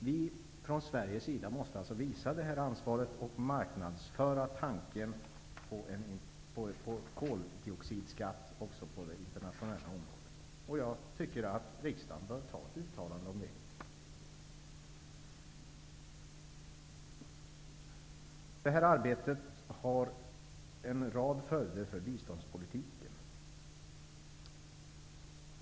Vi från Sveriges sida måste alltså visa det här ansvaret och marknadsföra tanken på en koldioxidskatt också på det internationella området, och jag tycker att riksdagen bör anta ett uttalande om det. Det här arbetet får en rad följder för biståndspolitiken.